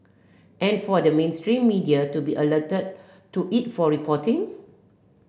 and for the mainstream media to be alerted to it for reporting